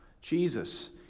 Jesus